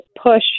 push